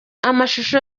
amashusho